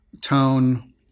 tone